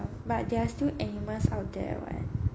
but there are still animals out there right